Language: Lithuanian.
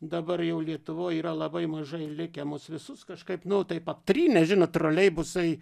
dabar jau lietuvoj yra labai mažai likę mus visus kažkaip nu taip pat tris nežino troleibusai